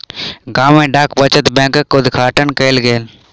गाम में डाक बचत बैंकक उद्घाटन कयल गेल